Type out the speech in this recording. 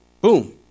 boom